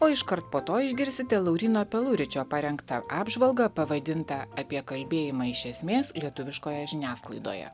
o iškart po to išgirsite lauryno peluričio parengtą apžvalgą pavadintą apie kalbėjimą iš esmės lietuviškoje žiniasklaidoje